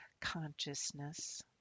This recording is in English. consciousness